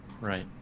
Right